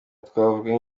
twavuga